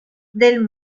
del